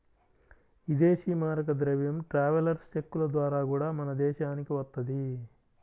ఇదేశీ మారక ద్రవ్యం ట్రావెలర్స్ చెక్కుల ద్వారా గూడా మన దేశానికి వత్తది